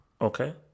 okay